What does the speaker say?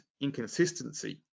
inconsistency